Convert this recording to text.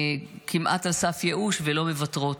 שכמעט על סף ייאוש ולא מוותרות.